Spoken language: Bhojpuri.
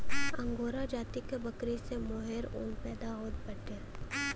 अंगोरा जाति क बकरी से मोहेर ऊन पैदा होत बाटे